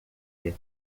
lhe